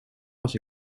was